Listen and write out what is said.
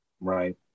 right